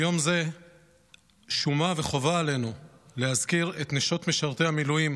ביום זה שומה וחובה עלינו להזכיר את נשות משרתי המילואים,